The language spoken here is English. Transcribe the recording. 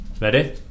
Ready